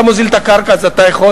לפחות אם אתה מוזיל את הקרקע אתה יכול,